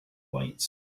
lights